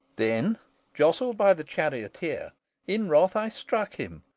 then jostled by the charioteer in wrath i struck him,